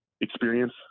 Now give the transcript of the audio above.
experience